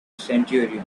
centurion